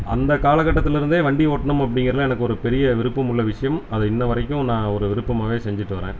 அந்த காலக்கட்டத்திலருந்தே வண்டி ஓட்டணும் அப்படிங்குறது தான் எனக்கு ஒரு பெரிய விருப்பம் உள்ள விஷயம் அதை இன்றுவரைக்கும் நான் ஒரு விருப்பமாகவே செஞ்சிட்டு வரேன்